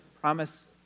promise